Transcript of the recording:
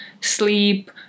sleep